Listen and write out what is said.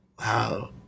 Wow